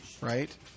right